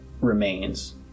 remains